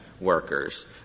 workers